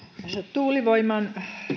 tuulivoiman